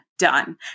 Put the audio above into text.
Done